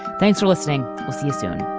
thanks for listening we'll see you soon